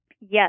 Yes